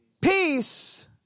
peace